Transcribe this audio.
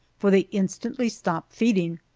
for they instantly stop feeding,